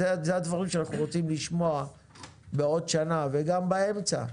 אלה הדברים שאנחנו רוצים לשמוע בעוד שנה וגם באמצע.